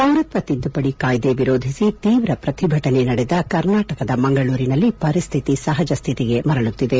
ಪೌರತ್ವ ತಿದ್ದುಪಡಿ ಕಾಯ್ದೆ ವಿರೋಧಿಸಿ ತೀವ್ರ ಪ್ರತಿಭಟನೆ ನಡೆದ ಮಂಗಳೂರಿನಲ್ಲಿ ಪರಿಸ್ಟಿತಿ ಸಹಜ ಶ್ವಿತಿಗೆ ಮರಳುತ್ತಿದೆ